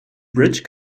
bridge